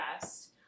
best